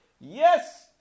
Yes